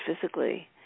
physically